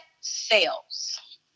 Sales